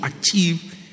achieve